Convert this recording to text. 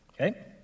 Okay